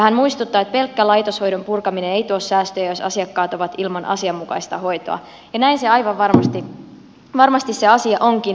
hän muistuttaa että pelkkä laitoshoidon purkaminen ei tuo säästöjä jos asiakkaat ovat ilman asianmukaista hoitoa ja näin se asia aivan varmasti onkin